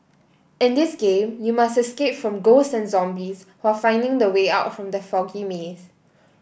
in this game you must escape from ghosts and zombies while finding the way out from the foggy maze